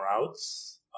routes